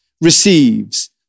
receives